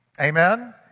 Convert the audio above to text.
Amen